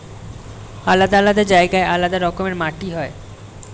আলাদা আলাদা জায়গায় আলাদা রকমের মাটি হয়